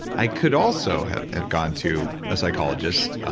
i could also have have gone to a psychologist,